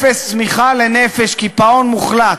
אפס צמיחה לנפש, קיפאון מוחלט.